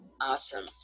Awesome